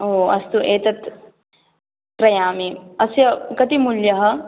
ओ अस्तु एतत् क्रयामि अस्य कति मूल्यम्